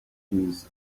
fleas